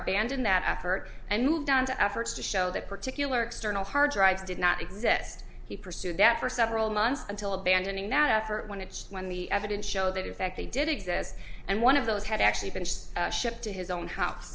abandoned that effort and moved on to efforts to show that particular external hard drives did not exist he pursued that for several months until abandoning now for when it's when the evidence show that in fact they did exist and one of those had actually been shipped to his own house